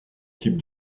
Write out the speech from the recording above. type